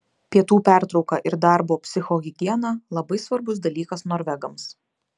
pietų pertrauka ir darbo psichohigiena labai svarbus dalykas norvegams